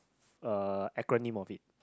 uh acronym of it